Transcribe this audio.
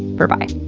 berbye.